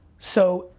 so,